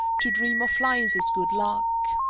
to dream of flies is good luck.